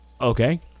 Okay